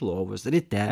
lovos ryte